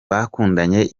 bakundanye